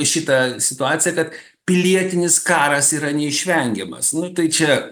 šitą situaciją kad pilietinis karas yra neišvengiamas nu tai čia